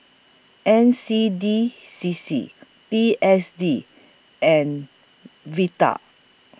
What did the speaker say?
N C D C C P S D and Vital